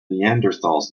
neanderthals